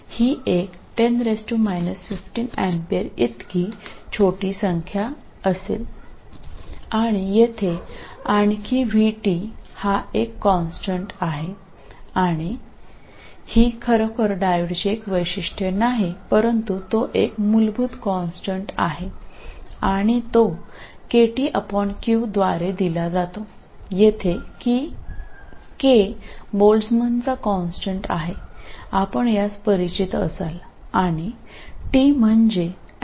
ഇവിടെ മറ്റൊരു കോൺസ്റ്റന്റ് ഉണ്ട് അത് Vt ആണ് ഇത് യഥാർത്ഥത്തിൽ ഡയോഡിന്റെ ഒരു പ്രോപ്പർട്ടി അല്ല എന്നാൽ ഇത് അടിസ്ഥാന സ്ഥിരാങ്കമാണ് ഇത് kTq ആണ് നൽകുന്നത് ഇവിടെ k എന്നത് ബോൾട്ട്സ്മാന്റെ കോൺസ്റ്റന്റ് ആണ് Boltzmann's constant നിങ്ങൾക്ക് ഇതും T ഉം പരിചിതമായിരിക്കും